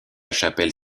chapelle